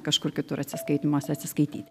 kažkur kitur atsiskaitymuose atsiskaityti